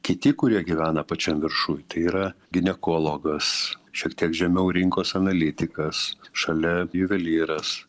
kiti kurie gyvena pačiam viršuj tai yra ginekologas šiek tiek žemiau rinkos analitikas šalia juvelyras